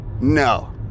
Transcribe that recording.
No